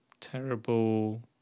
terrible